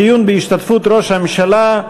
דיון בהשתתפות ראש הממשלה.